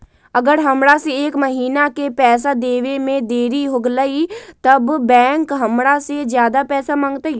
अगर हमरा से एक महीना के पैसा देवे में देरी होगलइ तब बैंक हमरा से ज्यादा पैसा मंगतइ?